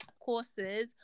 courses